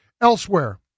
Elsewhere